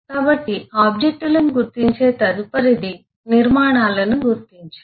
కాబట్టి ఆబ్జెక్ట్ లను గుర్తించే తదుపరిది నిర్మాణాలను గుర్తించడం